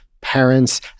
parents